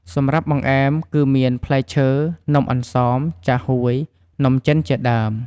សម្រាប់បង្អែមគឺមាន ផ្លែឈើ នំអន្សូម ចាហ៊ួយ នំចិនជាដើម។